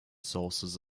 sources